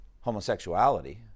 homosexuality